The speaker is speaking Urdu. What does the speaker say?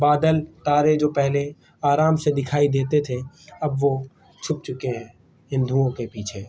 بادل تارے جو پہلے آرام سے دکھائی دیتے تھے اب وہ چھپ چکے ہیں ان دھوؤں کے پیچھے